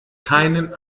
keinen